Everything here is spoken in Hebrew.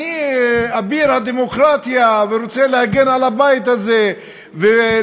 אני אביר הדמוקרטיה ורוצה להגן על הבית הזה ולמנוע